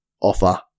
offer